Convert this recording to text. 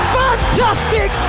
fantastic